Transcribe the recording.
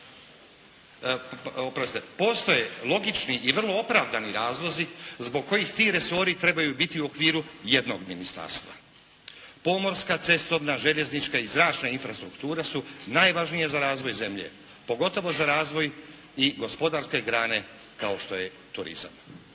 postoje logični i vrlo opravdani razlozi zbog kojih ti resori trebaju biti u okviru jednog ministarstva. Pomorska, cestovna, željeznička i zračna infrastruktura su najvažnije za razvoj zemlje, pogotovo za razvoj i gospodarske grane kao što je turizam.